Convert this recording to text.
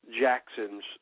Jackson's